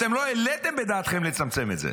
אתם לא העליתם בדעתכם לצמצם את זה.